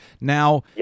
Now